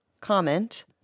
comment